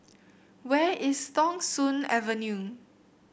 where is Thong Soon Avenue